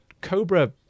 cobra